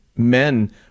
men